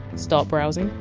start browsing,